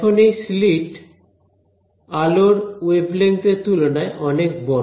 এখন এই স্লিট আলোর ওয়েভলেঙ্থ এর তুলনায় অনেক বড়